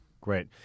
Great